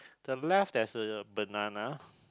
the left there's a banana